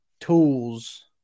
tools